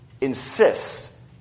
insists